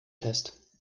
fest